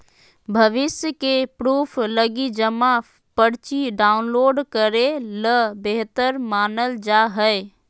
भविष्य के प्रूफ लगी जमा पर्ची डाउनलोड करे ल बेहतर मानल जा हय